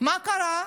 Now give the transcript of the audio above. מה קרה?